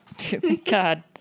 God